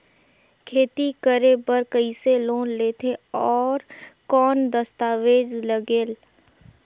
खेती करे बर कइसे लोन लेथे और कौन दस्तावेज लगेल?